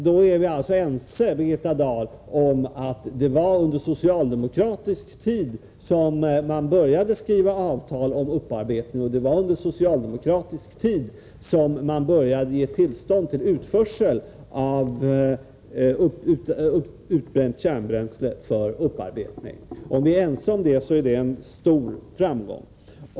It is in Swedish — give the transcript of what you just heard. Då är vi ense, Birgitta Dahl, om att det var under socialdemokratisk tid som man började skriva avtal om upparbetning och som man började ge tillstånd till utförsel av utbränt kärnbränsle för upparbetning. Om vi alltså är ense om det, är det en stor framgång.